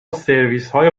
سرویسهای